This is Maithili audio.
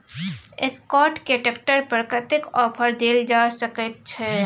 एसकाउट के ट्रैक्टर पर कतेक ऑफर दैल जा सकेत छै?